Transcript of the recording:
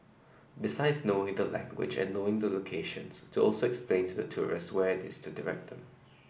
besides knowing the language and knowing the locations to also explains to the tourists where it's to direct them